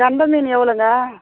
கெண்டை மீன் எவ்வளோங்க